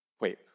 Wait